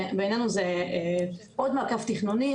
בעינינו זה עוד מעקף תכנוני.